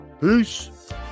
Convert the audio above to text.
peace